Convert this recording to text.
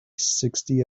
sixty